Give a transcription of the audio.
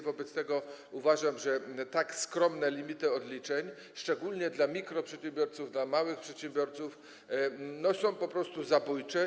Wobec tego uważam, że tak skromne limity odliczeń, szczególnie dla mikroprzedsiębiorców i dla małych przedsiębiorców, są po prostu zabójcze.